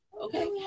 Okay